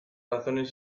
razones